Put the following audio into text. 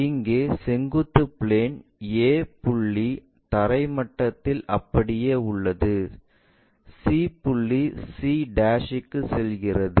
இங்கே செங்குத்து plane a புள்ளி தரை மட்டத்தில் அப்படியே உள்ளது c புள்ளி c க்கு செல்கிறது